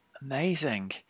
Amazing